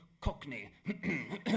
Cockney